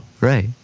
right